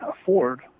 afford